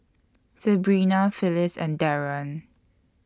Sebrina Phyliss and Darrion